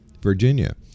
Virginia